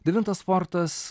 devintas fortas